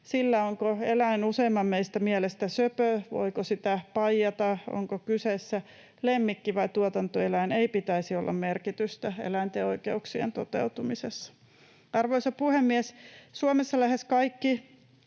Sillä, onko eläin useimpien meidän mielestä söpö, voiko sitä paijata, onko kyseessä lemmikki vai tuotantoeläin, ei pitäisi olla merkitystä eläinten oikeuksien toteutumisessa. Arvoisa puhemies! Suomessa lähes kaikki